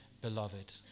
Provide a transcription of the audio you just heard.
beloved